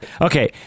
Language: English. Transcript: Okay